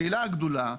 השאלה הגדולה היא,